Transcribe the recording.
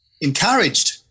encouraged